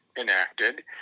enacted